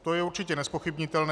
To je určitě nezpochybnitelné.